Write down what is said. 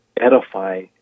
edify